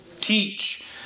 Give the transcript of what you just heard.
teach